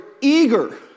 eager